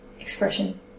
expression